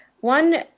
one